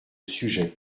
sujet